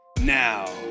Now